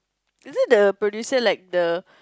is it the producer like the